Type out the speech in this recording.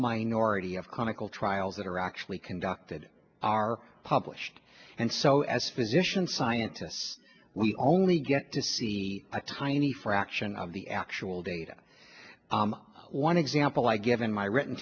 minority of clinical trials that are actually conducted are published and so as physicians scientists we only get to see a tiny fraction of the actual data one example i give in my written